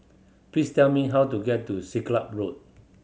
please tell me how to get to Siglap Road